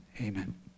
Amen